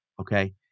okay